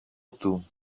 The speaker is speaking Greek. του